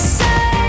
say